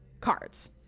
cards